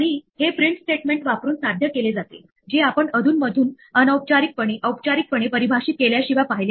म्हणून जर एखादे एक्सेप्शन हाताळले नाही गेले तर ते प्रोग्रामचे एक्झिक्युशन थांबवते